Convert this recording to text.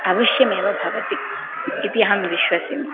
अवश्यमेव भवति इति अहं विश्वसिमि